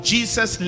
Jesus